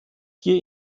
hier